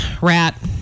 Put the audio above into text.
rat